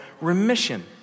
remission